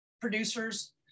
producers